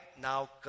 now